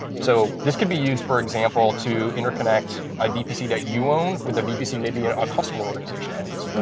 so this can be used, for example, to interconnect a vpc that you own with a vpc maybe and a customer organization owns.